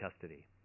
custody